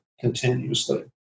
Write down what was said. continuously